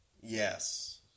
Yes